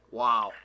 wow